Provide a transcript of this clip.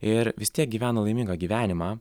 ir vis tiek gyvena laimingą gyvenimą